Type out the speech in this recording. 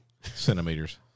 centimeters